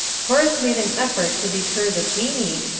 horace made an effort to deter the jinnee,